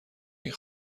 این